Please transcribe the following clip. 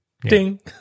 Ding